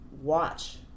Watch